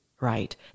right